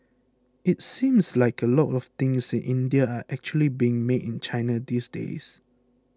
it seems like a lot of things in India are actually being made in China these days